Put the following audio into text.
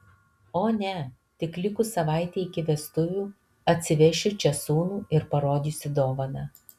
o ne tik likus savaitei iki vestuvių atsivešiu čia sūnų ir parodysiu dovaną